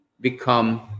become